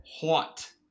hot